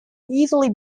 easily